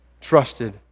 trusted